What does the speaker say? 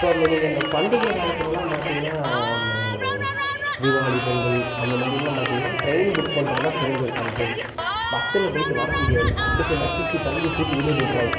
இப்போ வந்த நீங்கள் அந்தப் பண்டிகை காலத்துலலாம் பார்த்திங்கன்னா அந்தத் தீபாவளி பொங்கல் அந்த மாதிரிலாம் பார்த்திங்கன்னா ட்ரெயின் புக் பண்ணுறதுதான் சிறந்தது எனக்கு தெரிஞ்சு பஸ்ஸில் போயிட்டு வர முடியாது அடித்து நசுக்கி தள்ளி தூக்கி வெளியே போட்டிருவாயிங்க